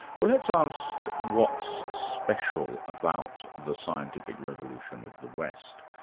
well let's ask what's special about the scientific revolution of the west.